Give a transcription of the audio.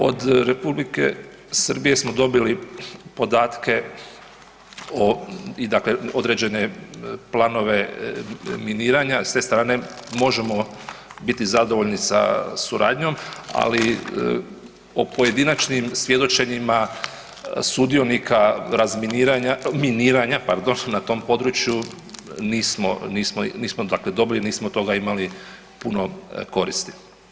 Od Republike Srbije smo dobili podatke o, dakle određene planove miniranja s te strane možemo biti zadovoljni sa suradnjom, ali o pojedinačnim svjedočenjima sudionika razminiranja, miniranja pardon na tom području nismo dakle dobili nismo od toga imali puno koristi.